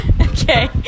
Okay